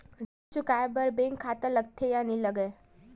ऋण चुकाए बार बैंक खाता लगथे या नहीं लगाए?